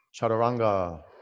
Chaturanga